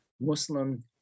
Muslim